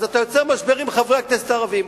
אז אתה יוצר משבר עם חברי הכנסת הערבים.